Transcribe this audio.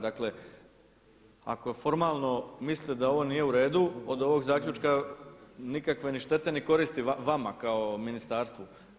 Dakle, ako formalno mislite da ovo nije u redu od ovog zaključka nikakve ni štete, ni koristi vama kao ministarstvu.